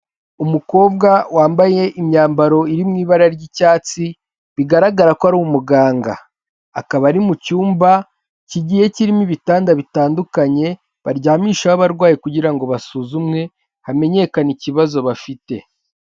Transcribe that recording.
Umukobwa wambaye imyambaro iri mu ibara ry'icyatsi, bigaragara ko ari umuganga, akaba ari mu cyumba kigiye kirimo ibitanda bitandukanye, baryamishaho abarwayi kugira ngo basuzumwe, hamenyekane ikibazo bafite.